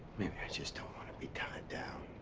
maybe i just don't want to be tied down.